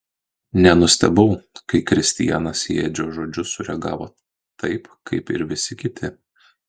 nenustebau kai kristianas į edžio žodžius sureagavo taip kaip ir visi kiti